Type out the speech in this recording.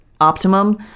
optimum